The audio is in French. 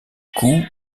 coup